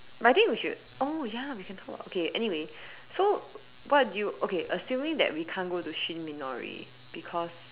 but I think we should oh ya we can hold up okay anyway so what do you okay assuming that we can't go to Shin-Minori because